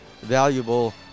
valuable